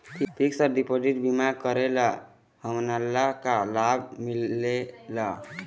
Fix deposit बीमा करे ले हमनला का लाभ मिलेल?